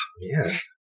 Yes